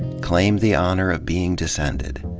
claim the honor of being descended.